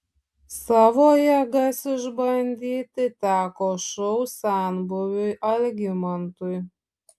savo jėgas išbandyti teko šou senbuviui algimantui